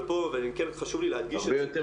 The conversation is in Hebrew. אני אומר